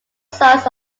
sons